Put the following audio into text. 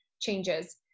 changes